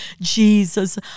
Jesus